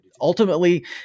Ultimately